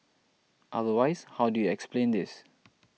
otherwise how do you explain this